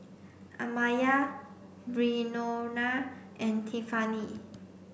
Amaya Breonna and Tiffani